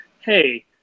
hey